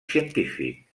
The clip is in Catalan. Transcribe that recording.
científic